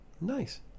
Nice